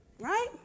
Right